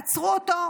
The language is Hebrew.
עצרו אותו,